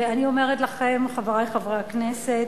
ואני אומרת לכם, חברי חברי הכנסת,